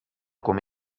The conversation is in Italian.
come